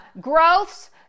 Growths